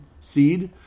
seed